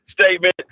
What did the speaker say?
statement